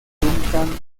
duncan